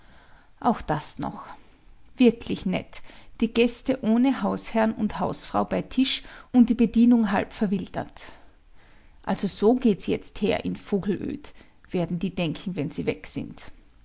auch das noch wirklich nett die gäste ohne hausherrn und hausfrau bei tisch und die bedienung halb verwildert also so geht's jetzt her in vogelöd werden die denken wenn sie weg sind